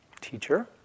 teacher